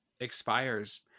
expires